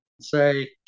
say